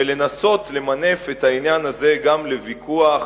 ומנסים למנף את העניין הזה גם לוויכוח